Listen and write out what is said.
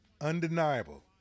Undeniable